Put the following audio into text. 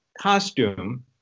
costume